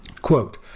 Quote